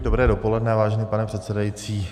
Dobré dopoledne, vážený pane předsedající.